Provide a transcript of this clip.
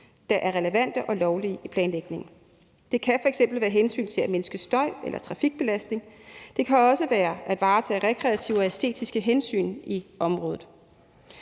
der er relevante og lovlige i planlægningen. Det kan f.eks. være hensyn til at mindske støj eller trafikbelastning. Det kan også være at varetage rekreative og æstetiske hensyn i området.